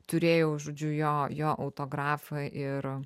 turėjau žodžiu jo jo autografą ir